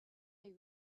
they